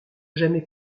jamais